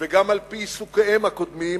וגם על-פי עיסוקיהם הקודמים,